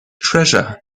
treasure